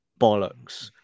bollocks